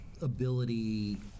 ability